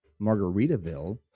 margaritaville